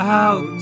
out